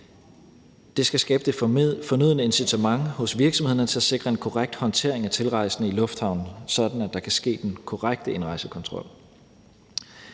Det skal skabe det fornødne incitament hos virksomhederne til at sikre en korrekt håndtering af tilrejsende i lufthavnen, sådan at der kan ske den korrekte indrejsekontrol.